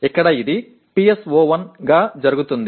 ఇక్కడ ఇది PSO1 గా జరుగుతుంది